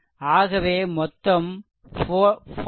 ஆகவே மொத்தம் 40